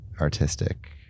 artistic